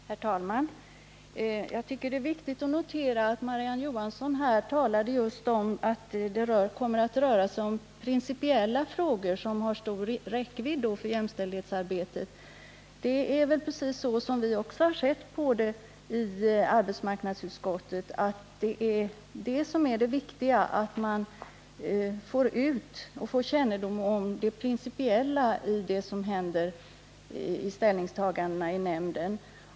Herr talman! Jag tycker det är viktigt att notera att Marie-Ann Johansson sade att det kommer att röra sig om principiella frågor som har stor räckvidd för jämställdhetsarbetet. Det är precis så som vi har sett på detta i arbetsmarknadsutskottet — det viktiga är att man får kännedom om de principiella ställningstagandena i nämnden.